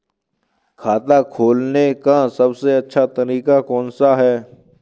खाता खोलने का सबसे अच्छा तरीका कौन सा है?